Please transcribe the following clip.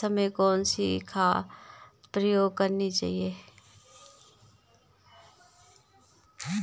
समय कौन सी खाद प्रयोग करनी चाहिए?